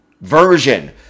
version